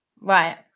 Right